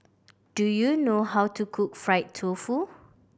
do you know how to cook fried tofu